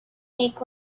make